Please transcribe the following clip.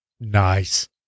Nice